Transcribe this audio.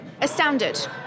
astounded